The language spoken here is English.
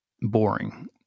boring